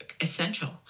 essential